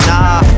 Nah